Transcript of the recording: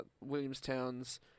Williamstown's